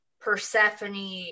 Persephone